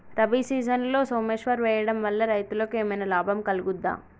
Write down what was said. రబీ సీజన్లో సోమేశ్వర్ వేయడం వల్ల రైతులకు ఏమైనా లాభం కలుగుద్ద?